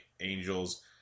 Angels